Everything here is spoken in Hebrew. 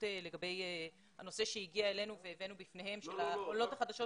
לגבי הנושא שהגיע אלינו והבאנו בפניהם של העולות החדשות.